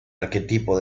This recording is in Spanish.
arquetipo